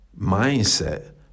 mindset